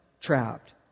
trapped